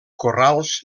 corrals